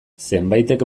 zenbaitek